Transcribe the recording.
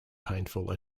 painful